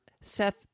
Seth